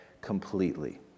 completely